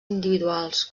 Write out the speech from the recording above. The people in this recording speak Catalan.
individuals